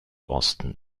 osten